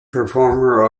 performer